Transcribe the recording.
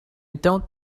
don’t